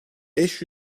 beş